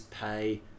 pay